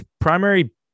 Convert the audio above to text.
primary